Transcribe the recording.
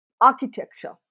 architecture